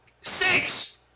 Six